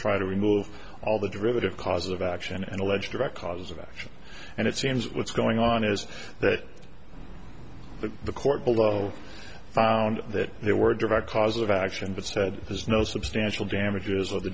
try to remove all the derivative causes of action and alleged direct cause of action and it seems what's going on is that the court below found that there were a direct cause of action but said there's no substantial damages of the